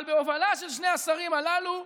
אבל בהובלה של שני השרים הללו,